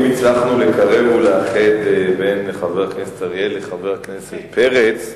אם הצלחנו לקרב ולאחד בין חבר הכנסת אריאל לחבר הכנסת פרץ,